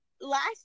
last